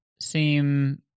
seem